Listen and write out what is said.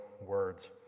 words